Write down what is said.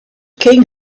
king